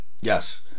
Yes